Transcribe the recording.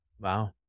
Wow